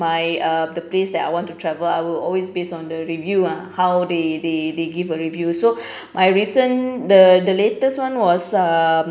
my uh the place that I want to travel I will always based on the review ah how they they they give a review so my recent the the latest one was um